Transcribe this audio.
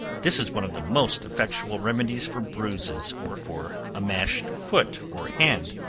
this is one of the most effectual remedies for bruises, or for a mashed foot or hand.